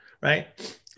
right